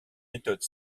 méthode